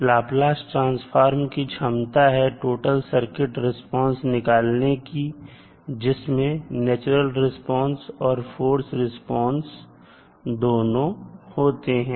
तो Laplace transform की क्षमता है टोटल सर्किट रिस्पांस निकालने की जिसमें नेचुरल रिस्पांस और फोर्स रिस्पांस दोनों होते हैं